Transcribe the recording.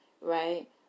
Right